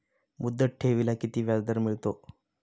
मुदत ठेवीला किती व्याजदर मिळतो?